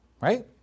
Right